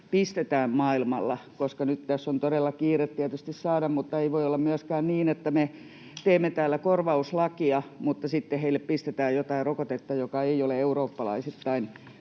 pistetään maailmalla. Nyt tässä on todella kiire tietysti, mutta ei voi olla myöskään niin, että me teemme täällä korvauslakia mutta sitten heille pistetään jotain rokotetta, joka ei ole eurooppalaisittain